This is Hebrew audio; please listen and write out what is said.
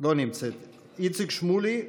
לא נמצאת, איציק שמולי,